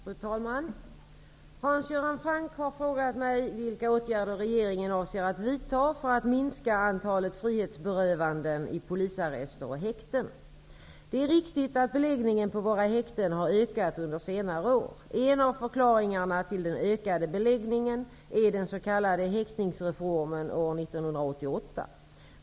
Fru talman! Hans Göran Franck har frågat mig vilka åtgärder regeringen avser att vidta för att minska antalet frihetsberövanden i polisarrester och häkten. Det är riktigt att beläggningen på våra häkten har ökat under senare år. En av förklaringarna till den ökade beläggningen är den s.k. häktningsreformen år 1988.